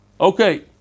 Okay